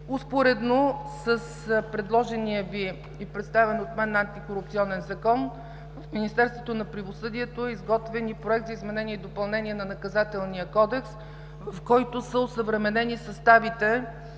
Успоредно с предложения Ви и представен от мен Антикорупционен закон, в Министерството на правосъдието е изготвен и Проект за изменение и допълнение на Наказателния кодекс, с който са осъвременени съставите